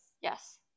Yes